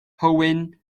hywyn